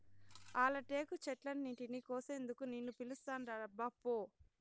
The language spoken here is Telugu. ఆల టేకు చెట్లన్నింటినీ కోసేందుకు నిన్ను పిలుస్తాండారబ్బా పో